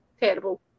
terrible